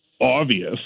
obvious